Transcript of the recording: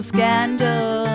Scandal